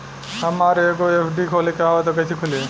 हमरा एगो एफ.डी खोले के हवे त कैसे खुली?